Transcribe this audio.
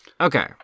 Okay